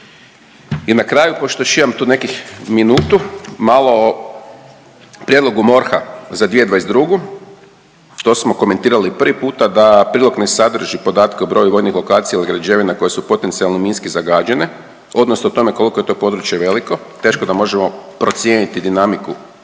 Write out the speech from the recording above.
I na kraju pošto još imam tu nekih minutu malo o prijedlogu MORH-a za 2022. To smo komentirali prvi puta da prijedlog ne sadrži podatke o broju vojnih lokacija ili građevina koje su potencijalno minski zagađene, odnosno o tome koliko je to područje veliko. Teško da možemo procijeniti dinamiku